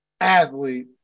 athlete